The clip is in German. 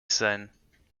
sein